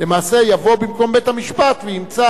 למעשה יבוא במקום בית-המשפט וימצא